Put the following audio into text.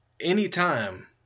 anytime